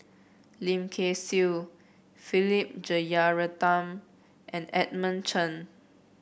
Lim Kay Siu Philip Jeyaretnam and Edmund Chen